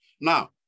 Now